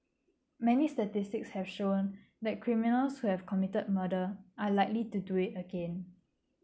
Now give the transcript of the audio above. many statistics have shown that criminals who have committed murder are likely to do it again